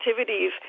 activities